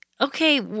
okay—